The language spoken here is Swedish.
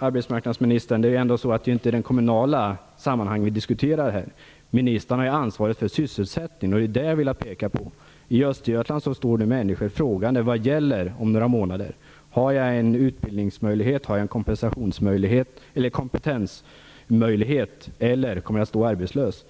Fru talman! Det är ändå inte de kommunala sammanhangen vi diskuterar, arbetsmarknadsministern. Ministern har ansvaret för sysselsättningen. Det är det jag har velat peka på. I Östergötland står nu människor frågande: Vad gäller om några månader? Har jag en utbildningsmöjlighet, har jag en kompetensmöjlighet eller kommer jag att stå arbetslös?